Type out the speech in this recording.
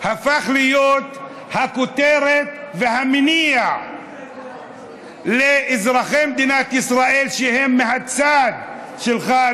הפך להיות הכותרת והמניע לאזרחי מדינת ישראל שהם מהצד שלך,